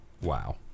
Wow